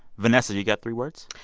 vanessa, you got three words?